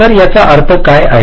तर याचा अर्थ काय आहे